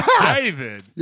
David